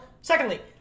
Secondly